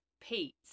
Pete